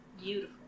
beautiful